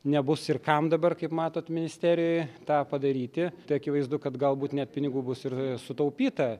nebus ir kam dabar kaip matot ministerijoj tą padaryti tai akivaizdu kad galbūt net pinigų bus ir sutaupyta